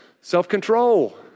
Self-control